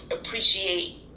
appreciate